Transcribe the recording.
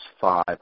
five